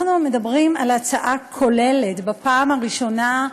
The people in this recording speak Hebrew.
אנחנו מדברים על הצעה כוללת, בפעם הראשונה,